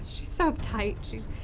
so uptight,